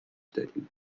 دادیم